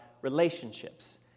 relationships